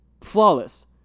flawless